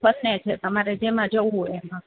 બંને છે તમારે જેમાં જવું હોય એમાં